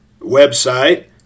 website